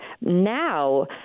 Now